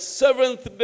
seventh